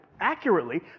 accurately